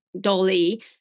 Dolly